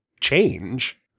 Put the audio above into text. change